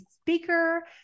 speaker